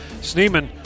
Sneeman